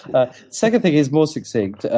the second thing is more succinct,